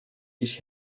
ich